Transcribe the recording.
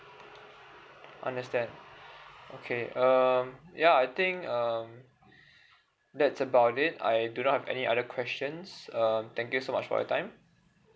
understand okay um yeah I think err that's about it I do not have any other questions err thank you so much for your time